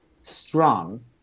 strong